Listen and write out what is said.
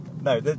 No